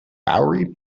bowery